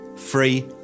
free